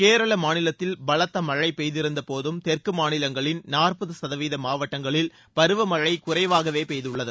கேரள மாநிலத்தில் பலத்த மனழ பெய்திருந்தபோதும் தெற்கு மாநிலங்களின் நாற்பது சதவீத மாவட்டங்களில் பருவமழை குறைவாகவே பெய்துள்ளது